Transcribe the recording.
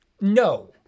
No